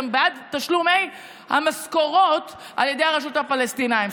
גם בעד תשלומי המשכורות על ידי הרשות הפלסטינית.